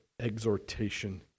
exhortation